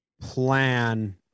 plan